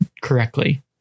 Correctly